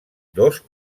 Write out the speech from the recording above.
dos